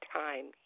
time